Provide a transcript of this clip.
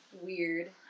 weird